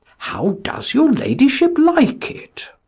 how does your ladyship like it?